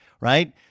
Right